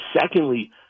secondly